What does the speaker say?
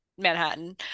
Manhattan